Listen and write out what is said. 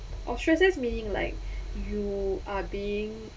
ostracized meaning like you are being